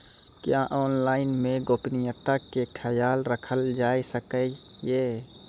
क्या ऑनलाइन मे गोपनियता के खयाल राखल जाय सकै ये?